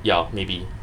ya maybe